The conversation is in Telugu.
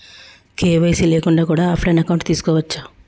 కే.వై.సీ లేకుండా కూడా ఆఫ్ లైన్ అకౌంట్ తీసుకోవచ్చా?